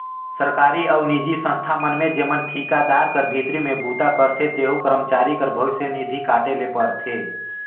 सरकारी अउ निजी संस्था में जेमन ठिकादार कर भीतरी में बूता करथे तेहू करमचारी कर भविस निधि काटे ले परथे